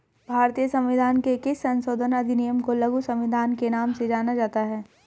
भारतीय संविधान के किस संशोधन अधिनियम को लघु संविधान के नाम से जाना जाता है?